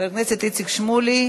חבר הכנסת איציק שמולי,